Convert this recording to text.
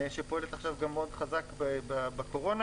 שפועלת עכשיו מאוד חזק בקורונה.